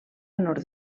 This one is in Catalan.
nord